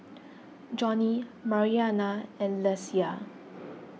Johny Mariana and Lesia